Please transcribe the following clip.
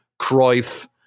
cruyff